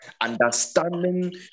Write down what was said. Understanding